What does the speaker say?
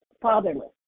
fatherless